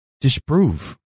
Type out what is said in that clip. disprove